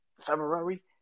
February